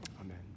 Amen